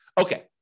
Okay